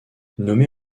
nommé